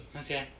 Okay